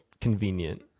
convenient